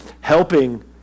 helping